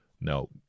No